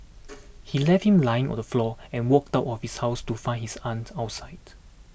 he left him lying on the floor and walked out of his house to find his aunt outside